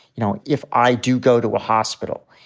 you know, if i do go to a hospital,